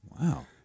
Wow